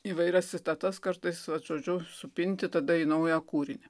įvairias citatas kartais vat žodžiu supinti tada į naują kūrinį